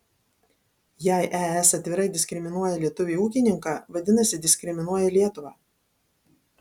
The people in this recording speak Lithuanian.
jei es atvirai diskriminuoja lietuvį ūkininką vadinasi diskriminuoja lietuvą